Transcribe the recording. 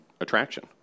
attraction